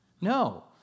No